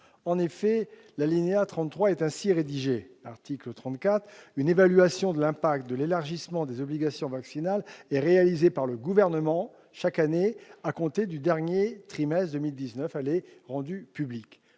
33 de l'article 34 est ainsi rédigé :« Une évaluation de l'impact de l'élargissement des obligations vaccinales est réalisée par le Gouvernement chaque année à compter du dernier trimestre 2019. Elle est rendue publique.